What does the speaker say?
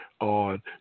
on